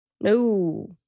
No